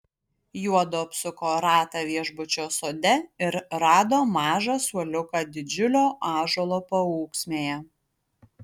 juodu apsuko ratą viešbučio sode ir rado mažą suoliuką didžiulio ąžuolo paūksmėje